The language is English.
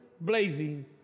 blazing